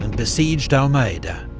and besieged almeida.